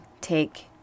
take